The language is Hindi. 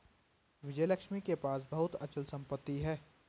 विजयलक्ष्मी के पास बहुत अचल संपत्ति है